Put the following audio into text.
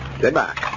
Goodbye